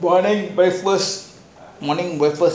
morning breakfast morning breakfast